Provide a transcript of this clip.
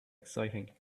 exciting